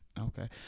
okay